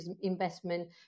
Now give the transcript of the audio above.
investment